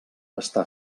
està